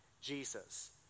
Jesus